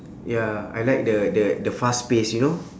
ya I like the the the fast pace you know